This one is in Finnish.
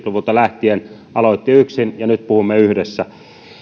luvulta lähtien aloitti yksin ja nyt puhumme yhdessä